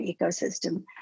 ecosystem